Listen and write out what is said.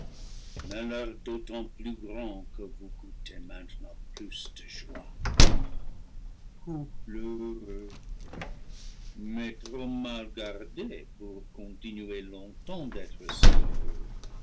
d'autant plus grand que vous goûtez maintenant plus de joie couple heu reux mais trop mal gardé pour continuer longtemps d'être si heureux